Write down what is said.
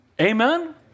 Amen